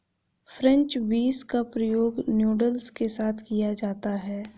French beans का प्रयोग noodles के साथ किया जाता है